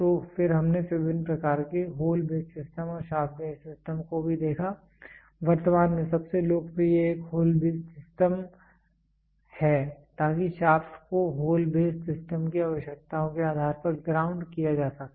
तो फिर हमने विभिन्न प्रकार के होल बेस सिस्टम और शाफ्ट बेस सिस्टम को भी देखा वर्तमान में सबसे लोकप्रिय एक होल बेस सिस्टम है ताकि शाफ्ट को होल बेस सिस्टम की आवश्यकताओं के आधार पर ग्राउंड किया जा सके